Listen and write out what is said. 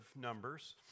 Numbers